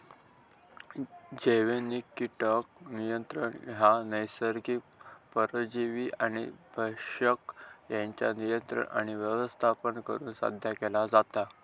जैविक कीटक नियंत्रण ह्या नैसर्गिक परजीवी आणि भक्षक यांच्या नियंत्रण आणि व्यवस्थापन करुन साध्य केला जाता